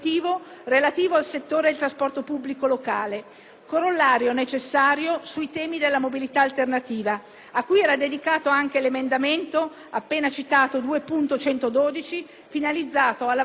corollario necessario sui temi della mobilità alternativa, a cui era dedicato anche l'emendamento 2.112 appena citato, finalizzato alla valorizzazione e allo sviluppo della mobilità ciclopedonale.